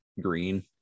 green